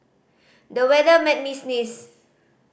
the weather made me sneeze